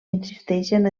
insisteixen